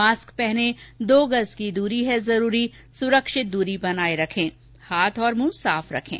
mask पहनें दो गज़ की दूरी है जरूरी सुरक्षित दूरी बनाए रखें हाथ और मुंह साफ रखें